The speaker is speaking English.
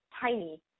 tiny